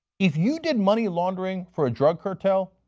if you did money laundering for a drug cartel,